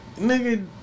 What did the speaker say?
Nigga